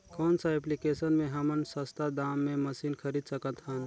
कौन सा एप्लिकेशन मे हमन सस्ता दाम मे मशीन खरीद सकत हन?